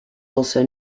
also